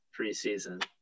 preseason